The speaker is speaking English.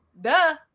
Duh